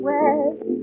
West